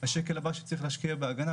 השקל הבא שצריך להשקיע בהגנה,